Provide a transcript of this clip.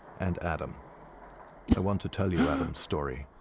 and adam i want to tell you adam's story.